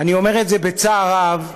אני אומר את זה בצער רב,